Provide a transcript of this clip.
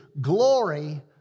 glory